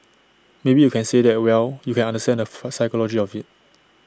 maybe you can say that well you can understand the full psychology of IT